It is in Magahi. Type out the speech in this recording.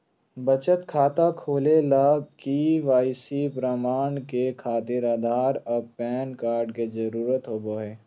बचत खाता खोले ला के.वाइ.सी प्रमाण के खातिर आधार आ पैन कार्ड के जरुरत होबो हइ